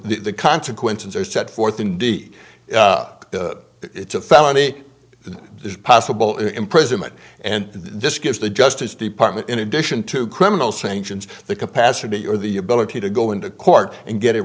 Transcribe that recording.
the consequences are set forth indeed it's a felony that is possible imprisonment and this gives the justice department in addition to criminal sanctions the capacity or the ability to go into court and get a